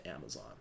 Amazon